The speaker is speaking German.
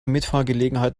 mitfahrgelegenheit